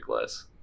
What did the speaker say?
less